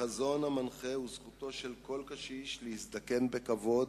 החזון המנחה הוא זכותו של כל קשיש להזדקן בכבוד,